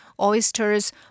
oysters